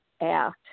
act